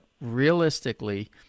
realistically